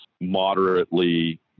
moderately